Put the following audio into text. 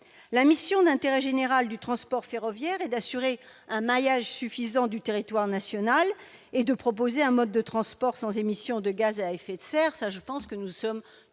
La mission d'intérêt général du transport ferroviaire est d'assurer un maillage suffisant du territoire national et de proposer un mode de transport non émetteur de gaz à effet de serre.